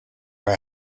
our